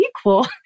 equal